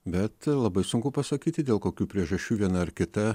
bet labai sunku pasakyti dėl kokių priežasčių viena ar kita